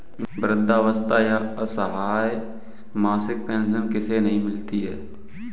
वृद्धावस्था या असहाय मासिक पेंशन किसे नहीं मिलती है?